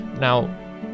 Now